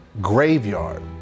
graveyard